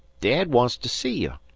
dad wants to see you.